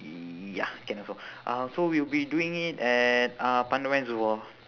ya can also uh so we'll be doing it at uh pandan reservoir